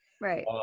Right